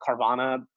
Carvana